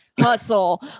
Hustle